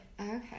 Okay